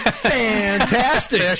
Fantastic